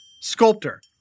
sculptor